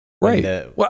Right